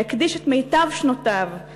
שהקדיש את מיטב שנותיו,